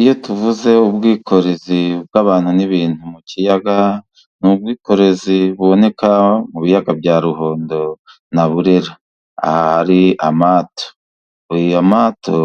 Iyo tuvuze ubwikorezi bw'abantu n'ibintu mu kiyaga, n'ubwikorezi buboneka mu biyaga bya Ruhondo na Burera, aha amato